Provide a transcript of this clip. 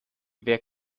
wer